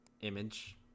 image